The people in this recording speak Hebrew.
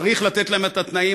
צריך לתת להם את התנאים.